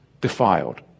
defiled